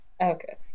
Okay